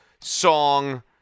song